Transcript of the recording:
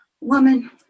woman